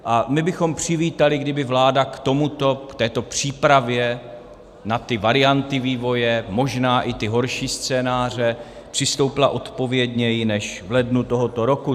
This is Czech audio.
A my bychom přivítali, kdyby vláda k tomuto, k této přípravě na ty varianty vývoje, možná i ty horší scénáře, přistoupila odpovědněji než v lednu tohoto roku.